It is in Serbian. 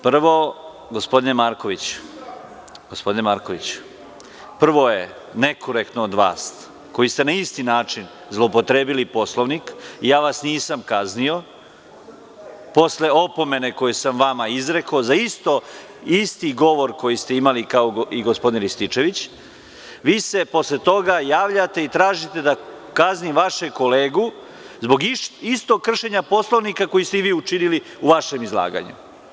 Prvo, gospodine Markoviću, prvo je nekorektno od vas koji ste na isti način zloupotrebili Poslovnik, ja vas nisam kaznio, posle opomene koju sam vama izrekao za isti govor koji ste imali kao i gospodin Rističević, vi se posle toga javljate i tražite da kaznim vašeg kolegu zbog istog kršenja Poslovnika, koji ste i vi učinili u vašem izlaganju.